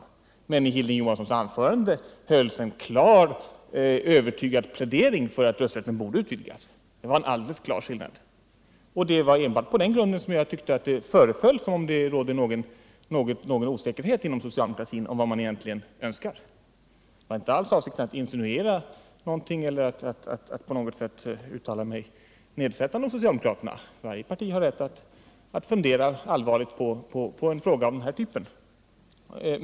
Men i Hilding Johanssons anförande förekom en övertygad plädering för att rösträtten borde utvidgas. Det är alltså en alldeles klar skillnad. Det var enbart på den grunden som jag tyckte att det föreföll som om det råder någon osäkerhet inom socialdemokratin om vad man egentligen önskar. Det var inte alls avsikten att insinuera någonting eller att på något sätt uttala mig nedsättande om socialdemokratin. Varje parti har anledning att fundera allvarligt på en fråga av den här typen.